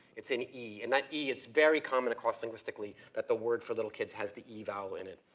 it's an e. and that e is very common across linguistically that the word for little kids has the e vowel in it,